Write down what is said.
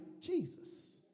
Jesus